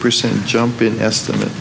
percent jump in estimate